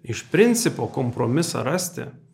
iš principo kompromisą rasti